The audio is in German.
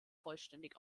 vollständig